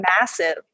massive